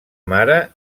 mare